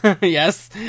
yes